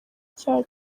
icyaha